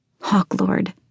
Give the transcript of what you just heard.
Hawklord